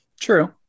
True